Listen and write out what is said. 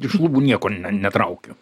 iš lubų nieko ne netraukiu